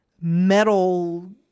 metal